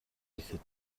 гэхэд